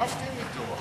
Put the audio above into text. רבתם אתו.